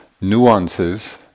nuances